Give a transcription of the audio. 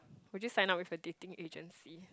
would you sign up with a dating agency